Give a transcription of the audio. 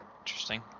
Interesting